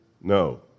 No